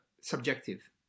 subjective